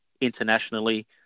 internationally